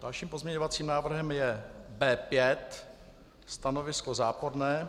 Dalším pozměňovacím návrhem je B5 stanovisko záporné.